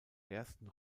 ersten